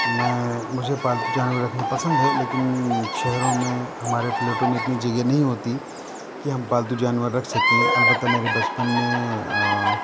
میں مجھے پالتو جانور رکھنا پسند ہے لیکن شہروں میں ہمارے فلیٹوں میں اتنی جگہ نہیں ہوتی کہ ہم پالتو جانور رکھ سکیں البتہ میرے بچپن میں